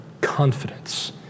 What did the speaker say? confidence